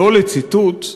שלא לציטוט,